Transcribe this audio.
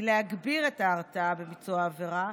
היא להגביר את ההרתעה בביצוע העבירה,